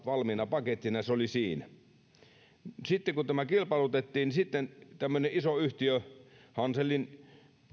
valmiina pakettina ja se oli siinä sitten kun tämä kilpailutettiin niin tämmöinen iso hanselin